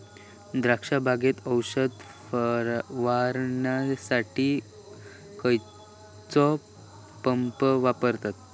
द्राक्ष बागेत औषध फवारणीसाठी खैयचो पंप वापरतत?